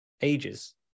ages